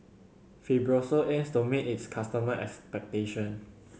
Fibrosol aims to meet its customer expectation